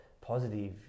positive